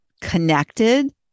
connected